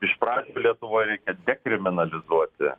iš pradžių lietuvoj reikia dekriminalizuoti